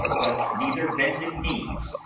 but neither bended knees,